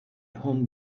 home